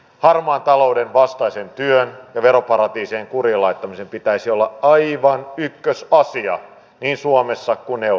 harmaan talouden vastaisen työn ja veroparatiisien kuriin laittamisen pitäisi olla aivan ykkösasia niin suomessa kuin euroopassa